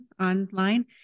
online